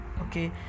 Okay